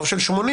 רוב של 80,